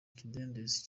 kidendezi